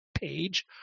page